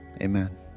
amen